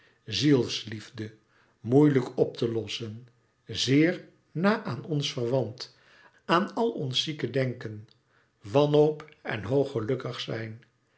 zielsliefde moeilijk op te lossen zeer na aan ons verwant aan al ons zieke denken wanhoop en hoog gelukkig zijn